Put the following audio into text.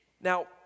Now